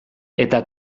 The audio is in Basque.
eta